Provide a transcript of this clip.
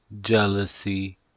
jealousy